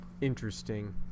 Interesting